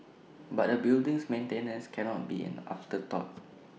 but A building's maintenance cannot be an afterthought